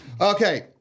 Okay